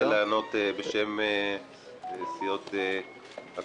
אני רוצה לענות בשם סיעות הקואליציה.